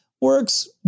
works